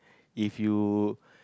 if you